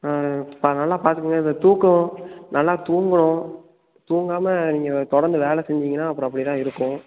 ஆ இப்போ நல்லா பார்த்துக்குங்க இந்த தூக்கம் நல்லா தூங்கணும் தூங்காமல் நீங்கள் தொடர்ந்து வேலை செஞ்சிங்கனால் அப்புறம் அப்படிதான் இருக்கும்